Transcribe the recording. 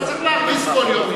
לא צריך להרגיז כל יום מישהו.